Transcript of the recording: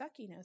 suckiness